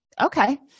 okay